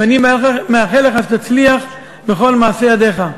ואני מאחל לך שתצליח בכל מעשי ידיך.